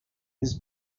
his